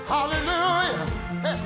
Hallelujah